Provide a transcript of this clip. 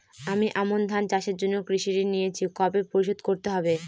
আমি আমন ধান চাষের জন্য কৃষি ঋণ নিয়েছি কবে পরিশোধ করতে হবে?